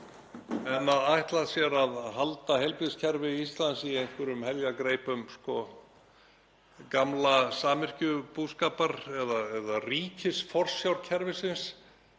En að ætla sér að halda heilbrigðiskerfi Íslands í einhverjum heljargreipum gamla samyrkjubúskaparins eða ríkisforsjárkerfisins